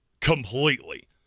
completely